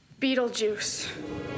Beetlejuice